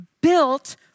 built